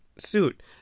suit